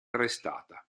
arrestata